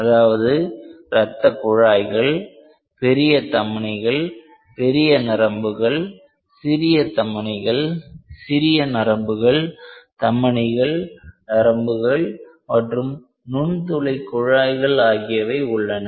அதாவது ரத்த குழாய்களில் பெரிய தமனிகள் பெரிய நரம்புகள் சிறிய தமனிகள் சிறிய நரம்புகள் தமனிகள் நரம்புகள் மற்றும் நுண்துளை குழாய்கள் ஆகியவை உள்ளன